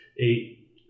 eight